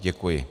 Děkuji.